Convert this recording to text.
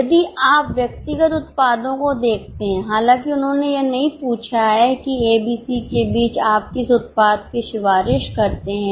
यदि आप व्यक्तिगत उत्पादों को देखते हैं हालांकि उन्होंने यह नहीं पूछा है कि ABC के बीच आप किस उत्पाद की सिफारिश करते हैं